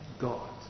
God